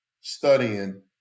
studying